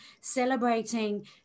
celebrating